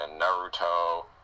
Naruto